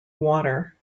water